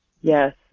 Yes